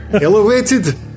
elevated